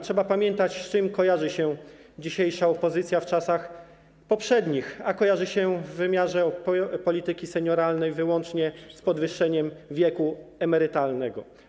Trzeba pamiętać, z czym kojarzy się dzisiejsza opozycja w czasach poprzednich, a kojarzy się w wymiarze polityki senioralnej wyłącznie z podwyższeniem wieku emerytalnego.